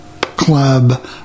Club